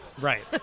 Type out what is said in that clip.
Right